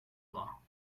law